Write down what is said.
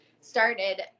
started